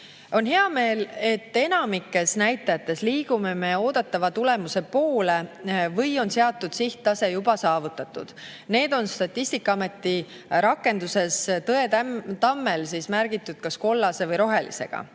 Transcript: On hea meel, et enamikus näitajates liigume me oodatava tulemuse poole või on seatud sihttase juba saavutatud. Need on Statistikaameti rakenduses Tõetamm märgitud kas kollase või rohelisega.